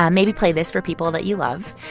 um maybe play this for people that you love.